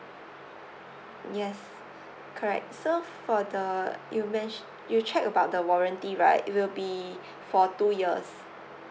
yes correct so for the you ment~ you check about the warranty right it will be for two years